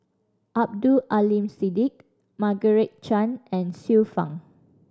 Abdul Aleem Siddique Margaret Chan and Xiu Fang